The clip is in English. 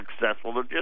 successful